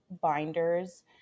binders